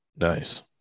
nice